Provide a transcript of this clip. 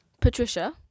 Patricia